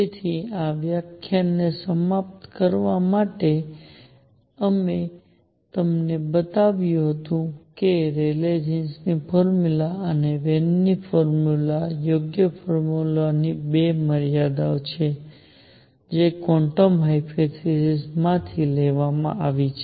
તેથી આ વ્યાખ્યાનને સમાપ્ત કરવા માટે અમે તમને જે બતાવ્યું છે તે એ છે કે રેલે જીનની ફોર્મ્યુલા અને વેન ની ફોર્મ્યુલા યોગ્ય ફોર્મ્યુલાની 2 મર્યાદાઓ છે જે ક્વોન્ટમ હાયપોથેસિસ માંથી લેવામાં આવી છે